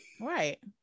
right